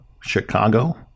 Chicago